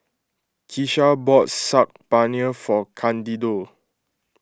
Kesha bought Saag Paneer for Candido